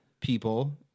people